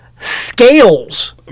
scales